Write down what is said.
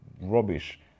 rubbish